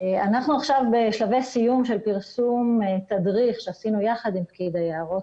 אנחנו עכשיו בשלבי סיום של פרסום תדריך שעשינו יחד עם פקיד היערות,